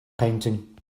painting